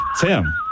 Tim